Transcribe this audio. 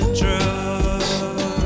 true